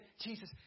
Jesus